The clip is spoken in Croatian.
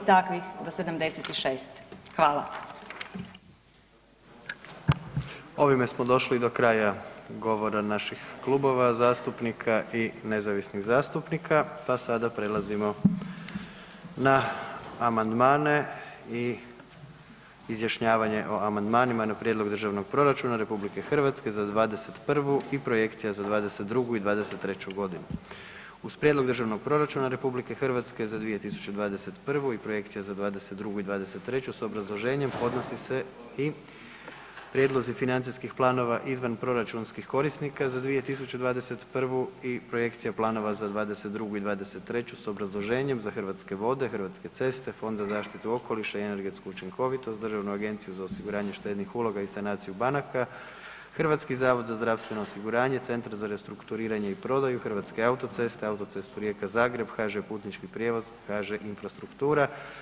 Ovime smo došli do kraja govora naših klubova zastupnika i nezavisnih zastupnika pa sada prelazimo na amandmane i izjašnjavanje o amandmanima na Prijedlog Državnog proračuna RH za '21. i projekcija za '22. i '23. g. Uz Prijedlog Državnog proračuna RH za '21. i projekcija za '22. i '23. s obrazloženjem podnosi se i Prijedlozi Financijski planova izvanproračunskih korisnika za 2021. i projekcija planova za '22. i '23. s obrazloženjem: za Hrvatske vode Hrvatske vode, Hrvatske ceste, Fond za zaštitu okoliša i energetsku učinkovitost, Državnu agenciju za osiguranje štednih uloga i sanaciju banaka, Hrvatski zavod za zdravstveno osiguranje, Centar za restrukturiranje i prodaju, Hrvatske autoceste, Autocestu Rijeka-Zagreb, HŽ Putnički prijevoz i HŽ Infrastruktura.